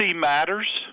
matters